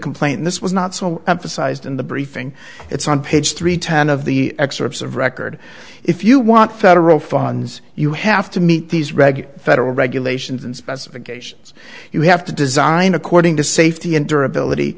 complaint this was not so emphasized in the briefing it's on page three ten of the excerpts of record if you want federal funds you have to meet these regular federal regulations and specifications you have to design according to safety endure ability